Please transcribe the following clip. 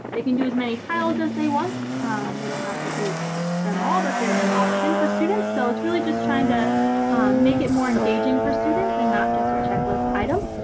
they can do as many tiles as they want or they don't have to do them all, but they're an option for students. so it's really just trying to make it more engaging for students and not just a checklist item.